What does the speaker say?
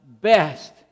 best